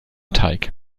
teig